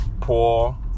poor